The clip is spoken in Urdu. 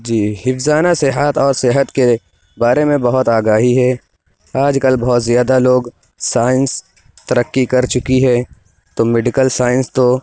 جی حفظانہ صحت اور صحت کے بارے میں بہت آگاہی ہے آج کل بہت زیادہ لوگ سائنس ترقی کر چُکی ہے تو مڈیکل سائنس تو